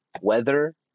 weather